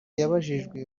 yabajijwe